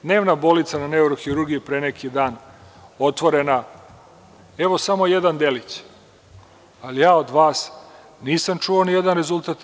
Dnevna bolnica na neurohirurgiji pre neki dan otvorena, evo, samo jedan delić, ali, ja od vas nisam čuo nijedna rezultat.